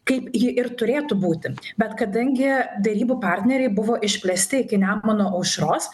kaip ji ir turėtų būti bet kadangi derybų partneriai buvo išplėsti iki nemuno aušros